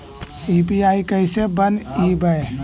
UPI कैसे बनइबै?